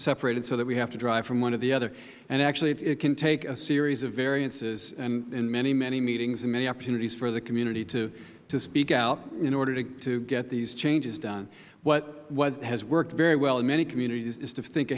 separated so that we have to drive from one to the other actually it can take a series of variances and many many meetings and many opportunities for the community to speak out in order to get these changes done what has worked very well in many communities is to think